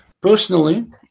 Personally